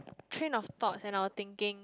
train of thoughts and our thinking